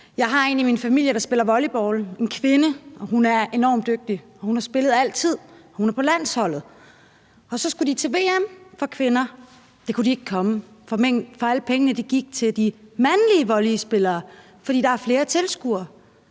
Jeg har en kvinde i min familie, der spiller volleyball, og hun er enormt dygtig. Hun har spillet altid, og hun er på landsholdet. Så skulle de til VM for kvinder, og det kunne de ikke komme, for alle pengene gik til de mandlige volleyballspillere, fordi der er flere tilskuere